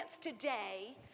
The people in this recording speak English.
today